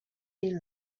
they